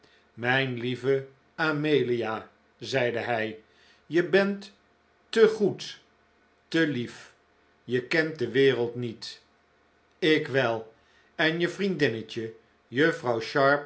mijn lieve amelia zeide hij je bent te goed te lief je kent de wereld niet ik wel en je vriendinnetje